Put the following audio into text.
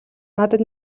надад